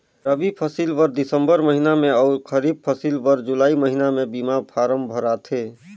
रबी फसिल बर दिसंबर महिना में अउ खरीब फसिल बर जुलाई महिना में बीमा फारम भराथे